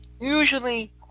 Usually